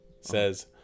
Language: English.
says